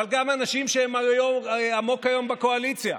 אבל גם אנשים שהם עמוק היום בקואליציה.